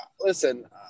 listen